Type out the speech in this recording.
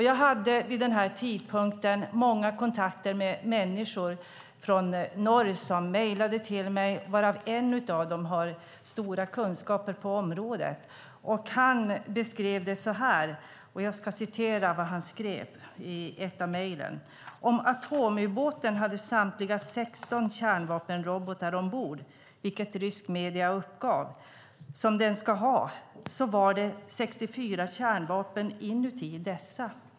Jag hade vid den här tidpunkten många kontakter med människor från norr som mejlade till mig, varav en har stora kunskaper på området. Han beskrev det så här i ett av mejlen: Om atomubåten hade samtliga 16 kärnvapenrobotar ombord, vilket ryska medier uppgav och som den ska ha, var det 64 kärnvapen inuti dessa.